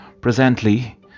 presently